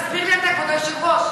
תסביר לי אתה, כבוד היושב-ראש.